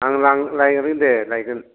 आं लां लायगोन दे लायगोन